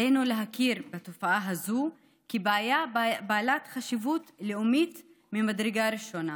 עלינו להכיר בתופעה הזו כבעיה בעלת חשיבות לאומית ממדרגה ראשונה.